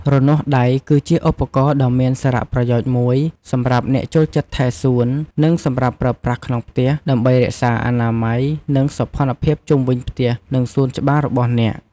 រនាស់ដៃគឺជាឧបករណ៍ដ៏មានសារៈប្រយោជន៍មួយសម្រាប់អ្នកចូលចិត្តថែសួន និងសម្រាប់ប្រើប្រាស់ក្នុងផ្ទះ ដើម្បីរក្សាអនាម័យ និងសោភ័ណភាពជុំវិញផ្ទះ និងសួនច្បាររបស់អ្នក។